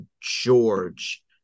George